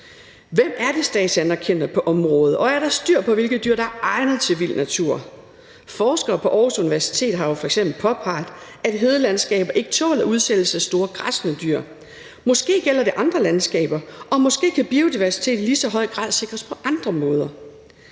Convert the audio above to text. Hvem er de statsanerkendte på området, og er der styr på, hvilke dyr der er egnet til vild natur? Forskere på Aarhus Universitet har jo f.eks. påpeget, at hedelandskab ikke tåler udsættelse af store græssende dyr. Måske gælder det andre landskaber, og måske kan biodiversiteten i lige så høj grad sikres på andre måder.